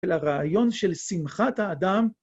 ולרעיון של שמחת האדם.